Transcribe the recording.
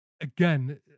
again